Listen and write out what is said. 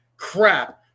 Crap